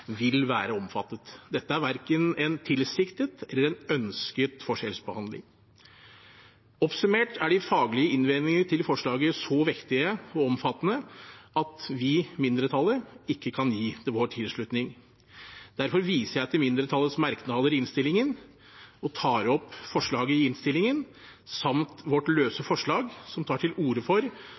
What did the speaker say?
vil være omfattet. Dette er verken en tilsiktet eller ønsket forskjellsbehandling. Oppsummert er de faglige innvendingene til forslaget så vektige og omfattende at vi, mindretallet, ikke kan gi det vår tilslutning. Derfor viser jeg til mindretallets merknader i innstillingen og tar opp forslaget i innstillingen, samt vårt løse forslag, som tar til orde for